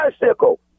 bicycle